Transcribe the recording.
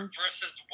versus